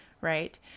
right